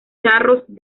charros